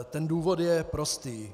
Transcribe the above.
Ten důvod je prostý.